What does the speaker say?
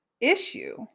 issue